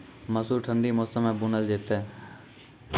मसूर ठंडी मौसम मे बूनल जेतै?